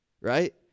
Right